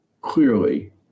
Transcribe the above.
clearly